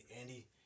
Andy